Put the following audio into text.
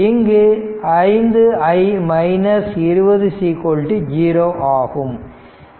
இது 5 i 20 0 ஆகும்